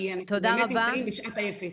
כי אנחנו באמת נמצאים בשעת האפס.